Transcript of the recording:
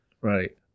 right